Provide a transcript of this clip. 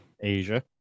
Asia